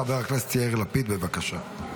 חבר הכנסת יאיר לפיד, בבקשה.